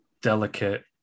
delicate